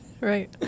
Right